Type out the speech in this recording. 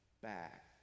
back